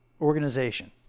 organization